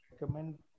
recommend